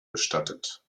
bestattet